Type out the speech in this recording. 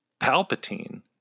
Palpatine